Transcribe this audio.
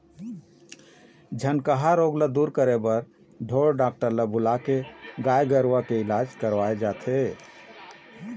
झनकहा रोग ल दूर करे ढोर डॉक्टर ल बुलाके गाय गरुवा के इलाज करवाय जाथे